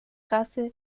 rasse